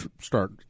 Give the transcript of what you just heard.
start